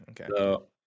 okay